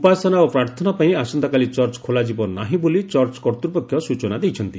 ଉପାସନା ଓ ପ୍ରାର୍ଥନା ପାଇଁ ଆସନ୍ତାକାଲି ଚର୍ଚ୍ଚ ଖୋଲାଯିବ ନାହିଁ ବୋଲି ଚର୍ଚ୍ଚ କର୍ତ୍ତ୍ୱପକ୍ଷ ସୂଚନା ଦେଇଛନ୍ତି